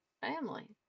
family